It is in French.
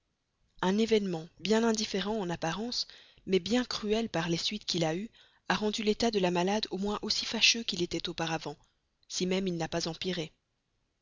un événement bien indifférent en apparence mais bien cruel par les suites qu'il a eues a rendu l'état de la malade au moins aussi fâcheux qu'il était auparavant si même il n'a pas empiré